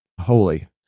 Holy